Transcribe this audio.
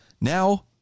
Now